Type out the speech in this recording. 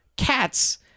cats